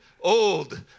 old